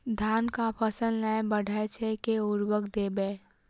धान कऽ फसल नै बढ़य छै केँ उर्वरक देबै?